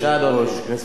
כנסת נכבדה,